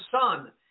son